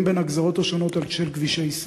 בין הגזרות השונות על כבישי ישראל.